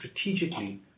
strategically